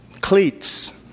cleats